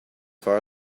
far